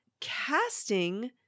casting